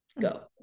Go